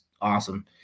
awesome